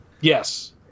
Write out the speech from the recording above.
Yes